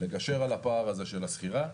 לגשר על הפער הזה של השכירה,